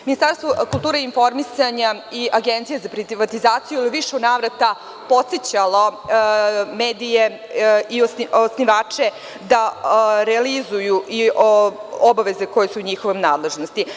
Ministarstvo kulture i informisanja i Agencija za privatizaciju su u više navrata podsećali medije i osnivače da realizuju obaveze koje su u njihovoj nadležnosti.